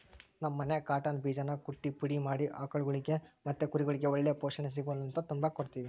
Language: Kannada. ನಮ್ ಮನ್ಯಾಗ ಕಾಟನ್ ಬೀಜಾನ ಕುಟ್ಟಿ ಪುಡಿ ಮಾಡಿ ಆಕುಳ್ಗುಳಿಗೆ ಮತ್ತೆ ಕುರಿಗುಳ್ಗೆ ಒಳ್ಳೆ ಪೋಷಣೆ ಸಿಗುಲಂತ ತಿಂಬಾಕ್ ಕೊಡ್ತೀವಿ